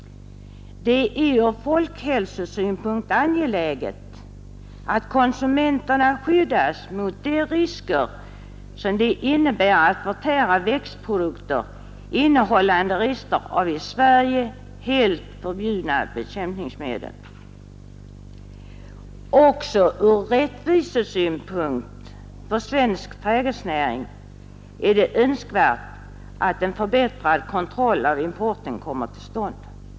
Det är ur folkhälsosynpunkt angeläget att konsumenterna skyddas mot de risker det innebär att förtära växtprodukter innehållande rester av i Sverige helt förbjudna bekämpningsmedel. Också ur rättvisesynpunkt för svensk trädgårdsnäring är det önskvärt att en förbättrad kontroll av importen kommer till stånd.